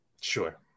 Sure